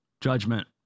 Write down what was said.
judgment